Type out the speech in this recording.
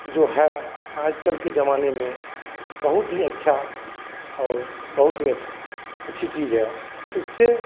जो है आज कल के ज़माने में बहुत ही अच्छा और बहुत ही अच्छी चीज़ है इससे